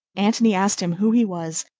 antony asked him who he was,